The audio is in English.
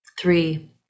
Three